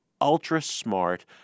ultra-smart